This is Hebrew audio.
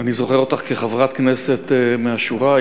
אני זוכר אותך כחברת כנסת מהשורה.